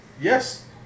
Yes